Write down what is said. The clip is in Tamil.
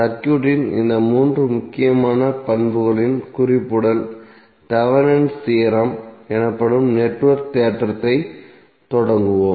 சர்க்யூட்டின் இந்த மூன்று முக்கியமான பண்புகளின் குறிப்புடன் தேவெனின்'ஸ் தியோரம் Thevenin's theorem எனப்படும் நெட்வொர்க் தேற்றத்தைத் தொடங்குவோம்